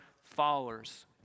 followers